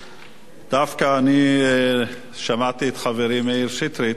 דווקא אני שמעתי את חברי מאיר שטרית